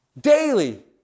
Daily